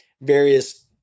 various